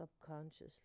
subconsciously